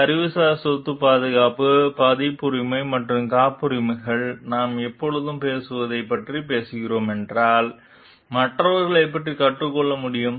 அறிவுசார் சொத்து பாதுகாப்புகள் பதிப்புரிமை மற்றும் காப்புரிமைகள் நாம் எப்போதும் பேசுவதைப் பற்றி பேசுகிறோம் என்றால் மற்றவர்கள் எப்படி கற்றுக்கொள்ள முடியும்